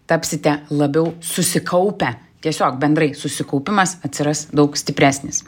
tapsite labiau susikaupę tiesiog bendrai susikaupimas atsiras daug stipresnis